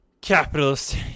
capitalist